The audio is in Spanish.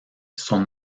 son